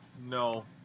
No